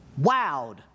wowed